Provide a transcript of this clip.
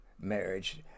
marriage